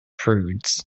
prudes